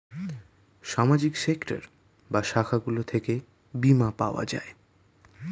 সামাজিক সেক্টর বা শাখাগুলো থেকে বীমা পাওয়া যায়